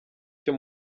cyo